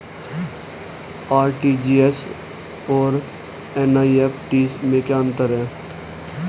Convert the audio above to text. RTGS और NEFT में क्या अंतर है?